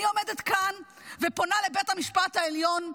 אני עומדת כאן ופונה לבית המשפט העליון,